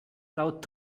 laut